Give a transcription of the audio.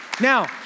Now